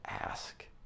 ask